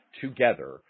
together